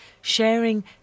Sharing